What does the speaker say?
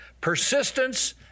Persistence